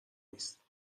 نیست